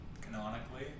canonically